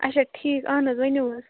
اچھا ٹھیٖک اہن حظ ؤنِو حظ